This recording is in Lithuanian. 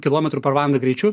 kilometrų per valandą greičiu